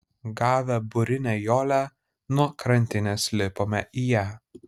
gavę burinę jolę nuo krantinės lipome į ją